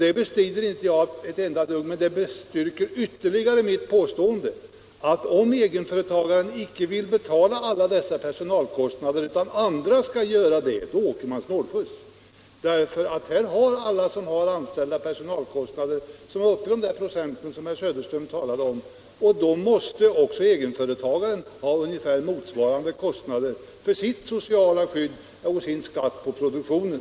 Jag bestrider inte de siffror han redovisade, men de bestyrker ytterligare mitt påstående att om egenföretagaren icke vill betala alla dessa personalkostnader utan överlåter åt andra att göra det, så åker han snålskjuts. Alla som har anställda får vidkännas personalkostnader av den storlek som herr Söderström talade om, och då måste också egenföretagaren ha ungefär motsvarande kostnader för sitt sociala skydd och sin skatt på produktionen.